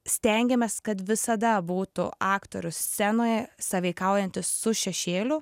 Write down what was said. stengiamės kad visada būtų aktorius scenoje sąveikaujantis su šešėliu